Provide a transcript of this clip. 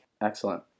Excellent